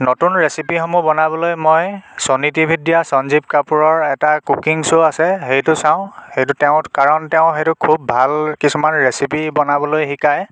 নতুন ৰেচিপিসমূহ বনাবলৈ মই চ'নি টি ভিত দিয়া চঞ্জিপ কাপুৰৰ এটা কুকিং শ্ৱ' আছে সেইটো চাওঁ সেইটো তেওঁ কাৰণ তেওঁ সেইটো খুব ভাল কিছুমান ৰেচিপি বনাবলৈ শিকায়